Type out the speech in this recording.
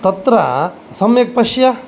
तत्र सम्यक् पश्य